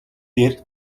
дээр